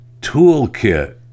toolkit